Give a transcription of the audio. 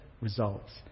results